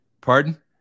pardon